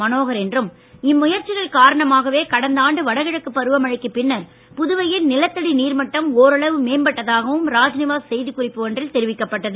மனோகர் என்றும் இம்முயற்சிகள் காரணமாகவே கடந்த ஆண்டு வடகிழக்கு பருவமழைக்கு பின்னர் புதுவையில் நிலத்தடி நீர் மட்டம் ஓரளவு மேம்பட்டதாகவும் ராஜ்நிவாஸ் செய்திக்குறிப்பு ஒன்றில் தெரிவிக்கப்பட்டது